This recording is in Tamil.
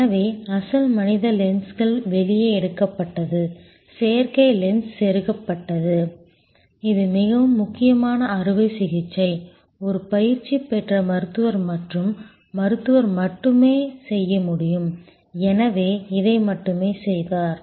எனவே அசல் மனித லென்ஸ்கள் வெளியே எடுக்கப்பட்டது செயற்கை லென்ஸ் செருகப்பட்டது இது மிகவும் முக்கியமான அறுவை சிகிச்சை ஒரு பயிற்சி பெற்ற மருத்துவர் மற்றும் மருத்துவர் மட்டுமே செய்ய முடியும் எனவே இதை மட்டுமே செய்தார்